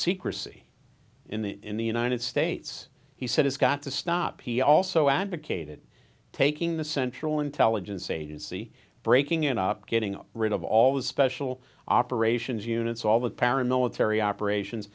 secrecy in the in the united states he said it's got to stop he also advocated taking the central intelligence agency breaking it up getting rid of all the special operations units all the paramilitary operations